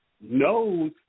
knows